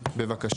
בבקשה.